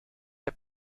der